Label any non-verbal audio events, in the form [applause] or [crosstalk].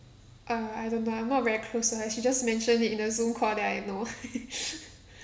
uh I don't know I'm not very close to her she just mentioned it in a zoom call that I know [laughs]